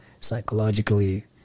psychologically